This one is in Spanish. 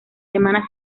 semana